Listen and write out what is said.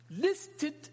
listed